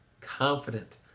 confident